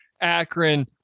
Akron